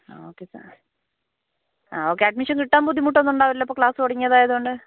ആ okay sir okay admission കിട്ടാൻ ബുദ്ധിമുട്ട് ഒന്നുമില്ലല്ലോ ക്ലാസ്സ് തുടങ്ങിയത് ആയതുകൊണ്ട്